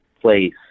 place